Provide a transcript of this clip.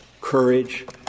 courage